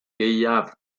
ieuaf